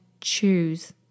choose